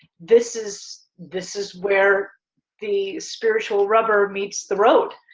this is this is where the spiritual rubber meets the road.